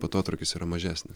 atotrūkis yra mažesnis